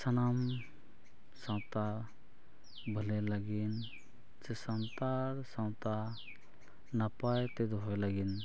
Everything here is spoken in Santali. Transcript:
ᱥᱟᱱᱟᱢ ᱥᱟᱶᱛᱟ ᱵᱷᱟᱹᱞᱟᱹᱭ ᱞᱟᱹᱜᱤᱫ ᱥᱮ ᱥᱟᱱᱛᱟᱲ ᱥᱟᱶᱛᱟ ᱱᱟᱯᱟᱭ ᱛᱮ ᱫᱚᱦᱚᱭ ᱞᱟᱹᱜᱤᱫ